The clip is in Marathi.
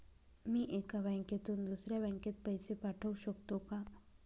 मी एका बँकेतून दुसऱ्या बँकेत पैसे पाठवू शकतो का?